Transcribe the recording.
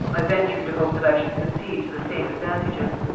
i ventured to hope that i should succeed to the same advantages.